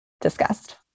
discussed